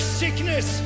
sickness